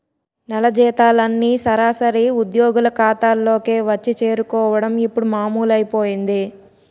నెల జీతాలన్నీ సరాసరి ఉద్యోగుల ఖాతాల్లోకే వచ్చి చేరుకోవడం ఇప్పుడు మామూలైపోయింది